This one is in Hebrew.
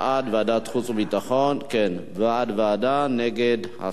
בעד, ועדה, נגד, הסרה.